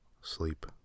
sleep